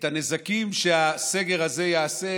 את הנזקים שהסגר הזה יעשה